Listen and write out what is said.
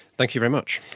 thank you very much.